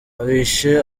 abishe